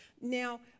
Now